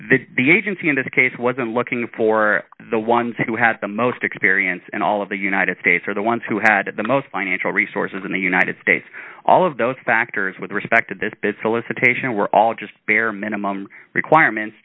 the agency in this case wasn't looking for the ones who had the most experience and all of the united states are the ones who had the most financial resources in the united states all of those factors with respect to this business alysa taishan were all just bare minimum requirements